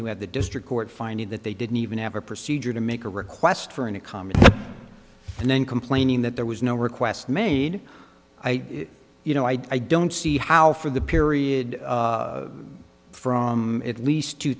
you have the district court finding that they didn't even have a procedure to make a request for an a comment and then complaining that there was no request made by you no i don't see how for the period from at least two